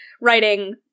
writing